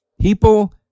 People